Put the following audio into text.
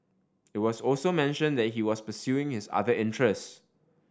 it was also mentioned that he was pursuing his other interests